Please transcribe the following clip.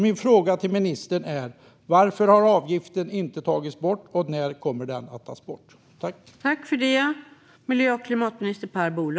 Min fråga till ministern är: Varför har avgiften inte tagits bort, och när kommer den att tas bort?